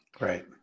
Right